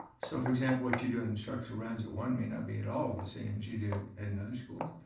so for example, what you do in instructional rounds at one may not be at all the same as you did in another school.